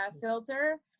filter